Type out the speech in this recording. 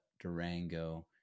Durango